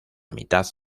mitad